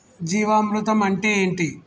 జీవామృతం అంటే ఏంటి?